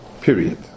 period